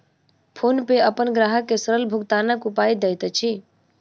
PhonePe अपन ग्राहक के सरल भुगतानक उपाय दैत अछि